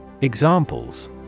Examples